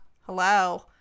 hello